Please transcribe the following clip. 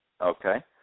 Okay